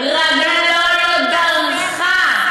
תפתחי, רגלו לא דרכה רגלו לא דרכה,